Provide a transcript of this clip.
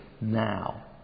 now